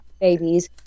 babies